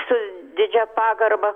su didžia pagarba